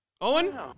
Owen